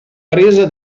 presa